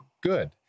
good